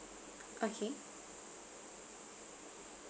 okay